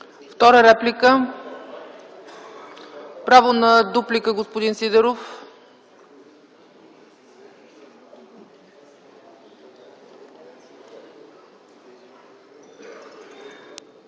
Втора реплика? Право на дуплика – господин Сидеров.